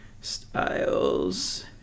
Styles